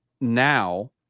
now